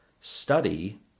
study